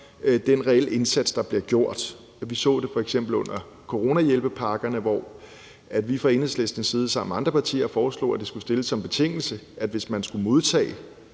den reelle indsats, der bliver gjort. Vi så det f.eks. under coronahjælpepakkerne, hvor vi fra Enhedslistens side sammen med andre partier foreslog, at det skulle stilles som betingelse, at hvis man skulle modtage